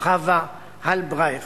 חוה הלברייך,